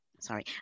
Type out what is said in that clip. Sorry